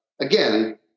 again